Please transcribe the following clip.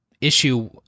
issue